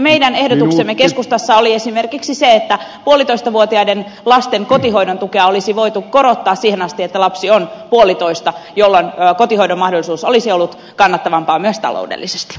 meidän ehdotuksemme keskustassa oli esimerkiksi se että puolitoistavuotiaiden lasten kotihoidon tukea olisi voitu korottaa siihen asti että lapsi on puolitoista jolloin kotihoidon mahdollisuus olisi ollut kannattavampaa myös taloudellisesti